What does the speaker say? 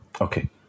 Okay